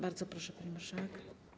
Bardzo proszę, pani marszałek.